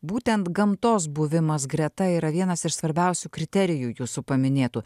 būtent gamtos buvimas greta yra vienas iš svarbiausių kriterijų jūsų paminėtų